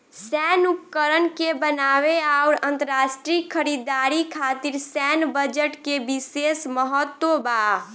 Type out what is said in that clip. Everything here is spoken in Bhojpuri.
सैन्य उपकरण के बनावे आउर अंतरराष्ट्रीय खरीदारी खातिर सैन्य बजट के बिशेस महत्व बा